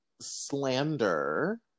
slander